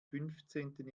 fünfzehnten